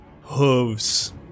hooves